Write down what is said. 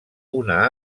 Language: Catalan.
una